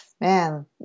man